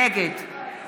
נגד